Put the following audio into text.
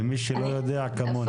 למי שלא יודע, כמוני.